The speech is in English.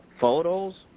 photos